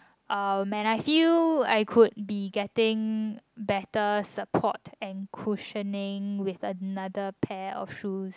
um man I feel I could be getting better support and cushioning with another pair of shoes